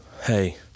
hey